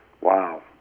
wow